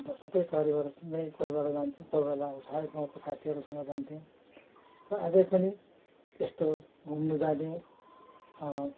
अन्त सबै परिवार नै कोही बेला जान्थ्यौँ कोही बेला सबै गाउँको साथीहरूसँग जान्थ्यौँ र आझै पनि यस्तो घुम्नु जाने